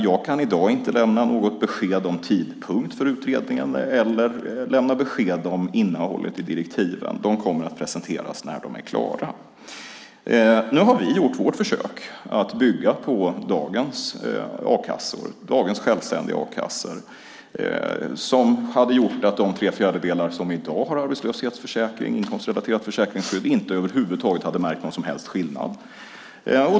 Jag kan i dag inte lämna något besked om tidpunkt för utredningen eller innehållet i direktiven; de kommer att presenteras när de är klara. Nu har vi gjort vårt försök att bygga på dagens självständiga a-kassor som hade gjort att de tre fjärdedelar som i dag har arbetslöshetsförsäkring, det vill säga inkomstrelaterat försäkringsskydd, inte hade märkt någon som helst skillnad.